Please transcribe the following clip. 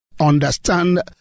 understand